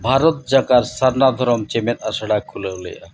ᱵᱷᱟᱨᱚᱛ ᱡᱟᱠᱟᱛ ᱥᱟᱨᱱᱟ ᱫᱷᱚᱨᱚᱢ ᱪᱮᱢᱮᱫ ᱟᱥᱲᱟᱭ ᱠᱷᱩᱞᱟᱹᱣ ᱞᱮᱫᱼᱟ